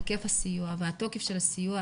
היקף הסיוע והתוקף של הסיוע,